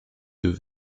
deux